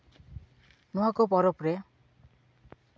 ᱱᱚᱣᱟ ᱠᱚ ᱯᱚᱨᱚᱵᱽ ᱨᱮ